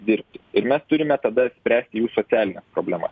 dirbti ir mes turime tada spręsti jų socialines problemas